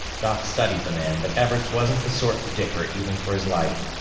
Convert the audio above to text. doc studied the man. but everts wasn't the sort to dicker even for his life.